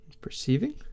Perceiving